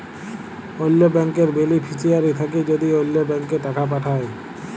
অল্য ব্যাংকের বেলিফিশিয়ারি থ্যাকে যদি অল্য ব্যাংকে টাকা পাঠায়